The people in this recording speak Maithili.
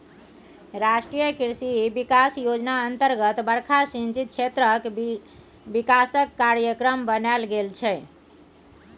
राष्ट्रीय कृषि बिकास योजना अतर्गत बरखा सिंचित क्षेत्रक बिकासक कार्यक्रम बनाएल गेल छै